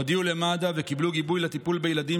הודיעו למד"א וקיבלו גיבוי לטיפול בילדים